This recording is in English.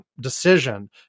decision